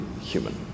human